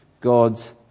God's